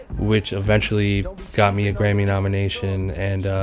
which eventually got me a grammy nomination and